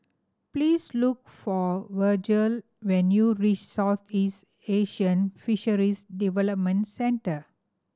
please look for Virgel when you reach Southeast Asian Fisheries Development Centre